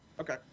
Okay